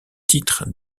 titres